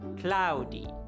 Cloudy